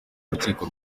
urukiko